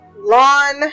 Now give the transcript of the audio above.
lawn